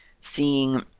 seeing